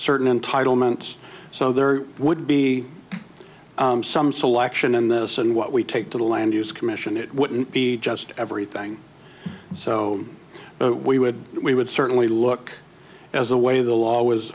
certain entitlements so there would be some selection in this and what we take to the land use commission it wouldn't be just everything so we would we would certainly look as the way the law was